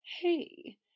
Hey